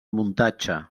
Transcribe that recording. muntatge